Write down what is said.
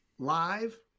Live